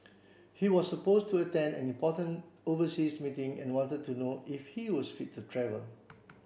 he was supposed to attend an important overseas meeting and wanted to know if he was fit to travel